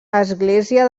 església